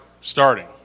Starting